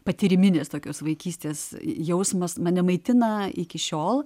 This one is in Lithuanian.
patyriminės tokios vaikystės jausmas mane maitina iki šiol